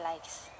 likes